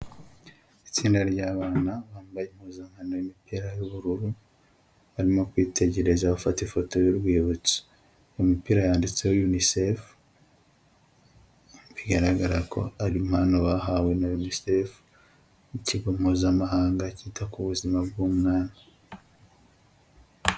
Itsinda ry'abana bambaye impuzankano y'imipira y'ubururu barimo kwitegereza bafata ifoto y'urwibutso, imipira yanditse UNICEF, bigaragara ko ari impano bahawe na UNICEF, ikigo mpuzamahanga cyita ku buzima bw'umwana.